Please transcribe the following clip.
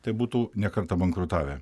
tai būtų ne kartą bankrutavę